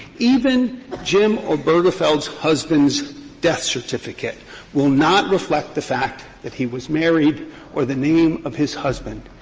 even jim obergefell's husband's death certificate will not reflect the fact that he was married or the name of his husband.